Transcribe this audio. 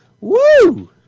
Woo